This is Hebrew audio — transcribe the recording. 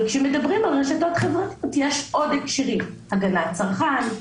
אבל כשמדברים על רשתות חברתיות יש עוד הקשרים הגנת צרכן,